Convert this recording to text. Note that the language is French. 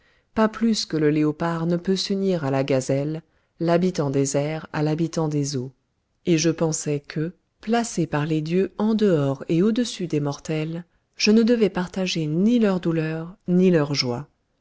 pas plus que le léopard ne peut s'unir à la gazelle l'habitant des airs à l'habitant des eaux et je pensais que placé par les dieux en dehors et au-dessus des mortels je ne devais partager ni leurs douleurs ni leurs joies